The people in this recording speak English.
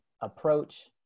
approach